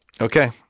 Okay